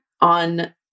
on